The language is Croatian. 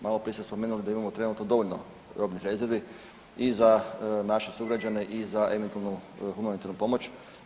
Maloprije ste spomenuli da imamo trenutno dovoljno robnih rezervi i za naše sugrađane i za eventualnu humanitarnu pomoć.